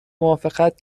موافقت